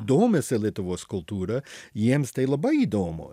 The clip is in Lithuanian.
domisi lietuvos kultūra jiems tai labai įdomu